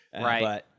right